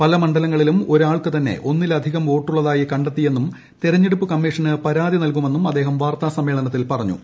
പല മണ്ഡലത്തിലും ഒരാൾക്കു ്ത്ണ്ണ ഒന്നിലധികം വോട്ടുള്ളതായി കണ്ടെത്തിയെന്നും തെരുഞ്ഞെടുപ്പ് കമ്മീഷന് പരാതി നൽകുമെന്നും അദ്ദേഹിം പ്പാർത്താസമ്മേളനത്തിൽ പറഞ്ഞു